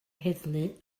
heddlu